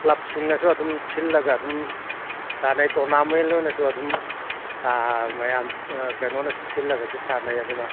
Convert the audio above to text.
ꯀ꯭ꯂꯕꯁꯤꯡꯅꯁꯨ ꯑꯗꯨꯝ ꯁꯤꯜꯂꯒ ꯑꯗꯨꯝ ꯁꯥꯟꯅꯩ ꯇꯣꯔꯅꯥꯃꯦꯟ ꯑꯣꯏꯅꯁꯨ ꯑꯗꯨꯝ ꯃꯌꯥꯝ ꯀꯩꯅꯣꯅ ꯁꯤꯜꯂꯒꯁꯨ ꯁꯥꯟꯅꯩ ꯑꯗꯨꯅ